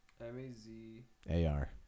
M-A-Z-A-R